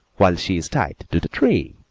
while she is tied to the tree.